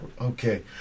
Okay